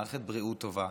מערכת בריאות טובה.